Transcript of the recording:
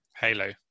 Halo